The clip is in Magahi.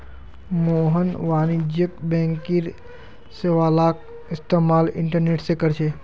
मोहन वाणिज्यिक बैंकिंग सेवालाक इस्तेमाल इंटरनेट से करछे